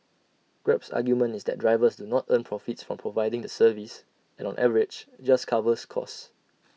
grab's argument is that drivers do not earn profits from providing the service and on average just covers costs